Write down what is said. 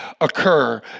occur